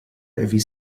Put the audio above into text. erwies